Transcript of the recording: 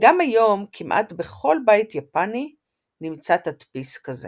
וגם היום כמעט בכל בית יפני נמצא תדפיס כזה.